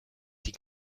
die